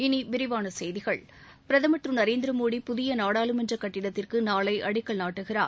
இனி விரிவான செய்திகள் பிரதமர் திரு நரேந்திரமோடி புதிய நாடாளுமன்ற கட்டிடத்திற்கு நாளை அடிக்கல் நாட்டுகிறார்